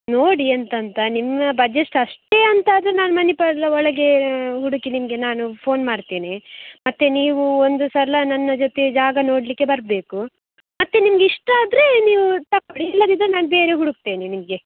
ನೋಡಿ ಎಂತ ಅಂತ ನಿಮ್ಮ ಬಜೆಟ್ ಅಷ್ಟೇ ಅಂತಾದರೆ ನಾನು ಮಣಿಪಾಲ್ ಒಳಗೆ ಹುಡುಕಿ ನಿಮಗೆ ನಾನು ಫೋನ್ ಮಾಡ್ತೇನೆ ಮತ್ತೆ ನೀವು ಒಂದು ಸಲ ನನ್ನ ಜೊತೆ ಜಾಗ ನೋಡಲಿಕ್ಕೆ ಬರಬೇಕು ಮತ್ತೆ ನಿಮಗೆ ಇಷ್ಟ ಆದರೆ ನೀವು ತಗೊಳ್ಳಿ ಇಲ್ಲದಿದ್ದರೆ ನಾನು ಬೇರೆ ಹುಡುಕ್ತೇನೆ ನಿಮಗೆ